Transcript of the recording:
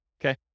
Okay